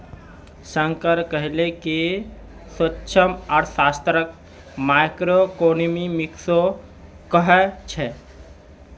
शंकर कहले कि सूक्ष्मअर्थशास्त्रक माइक्रोइकॉनॉमिक्सो कह छेक